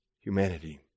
humanity